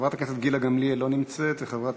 חברת הכנסת גילה גמליאל, לא נמצאת, וחברת